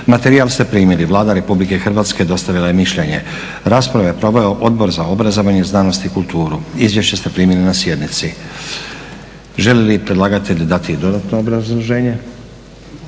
Materijal ste primili. Vlada Republike Hrvatske dostavila je mišljenje. Raspravu je proveo Odbor za obrazovanje, znanost i kulturu. Izvješća ste primili na sjednici. Želi li predlagatelj dati dodatno obrazloženje?